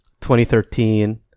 2013